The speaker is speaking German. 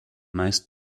meist